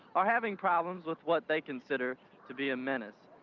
are having problems with what they consider to be a menace.